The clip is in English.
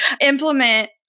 implement